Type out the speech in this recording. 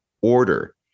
order